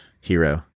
hero